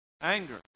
Anger